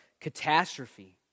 catastrophe